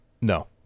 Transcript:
No